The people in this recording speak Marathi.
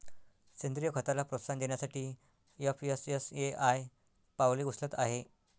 सेंद्रीय खताला प्रोत्साहन देण्यासाठी एफ.एस.एस.ए.आय पावले उचलत आहे